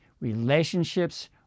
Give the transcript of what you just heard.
relationships